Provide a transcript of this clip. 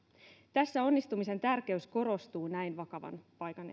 tässä onnistumisen tärkeys korostuu näin vakavan paikan